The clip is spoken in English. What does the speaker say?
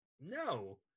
No